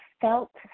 felt